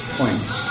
points